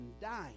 dying